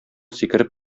сикереп